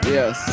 Yes